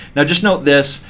now just note this.